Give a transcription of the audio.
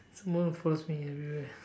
someone who follows me everywhere